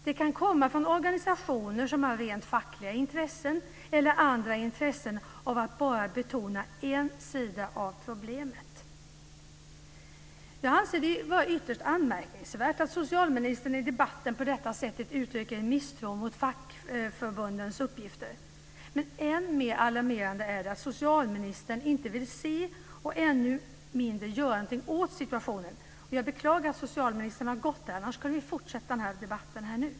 De kan komma från organisationer som har rent fackliga intressen eller andra intressen av att betona bara en sida av problemet." Jag anser det vara ytterst anmärkningsvärt att socialministern i debatten på detta sätt uttrycker en misstro mot fackförbundens uppgifter. Än mer alarmerande är att socialministern inte vill se och ännu mindre göra något åt situationen. Jag beklagar att socialministern har lämnat kammaren, annars kunde vi ha fortsatt den här debatten.